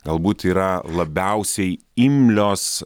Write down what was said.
galbūt yra labiausiai imlios